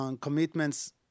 commitments